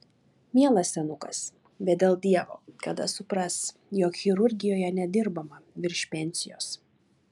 mielas senukas bet dėl dievo kada supras jog chirurgijoje nedirbama virš pensijos